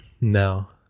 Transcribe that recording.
No